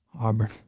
Auburn